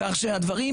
כך שהדברים,